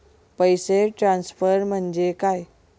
पैसे ट्रान्सफर म्हणजे काय?